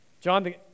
John